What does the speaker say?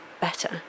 better